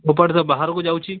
ବାହାରକୁ ଯାଉଛି